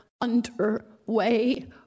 underway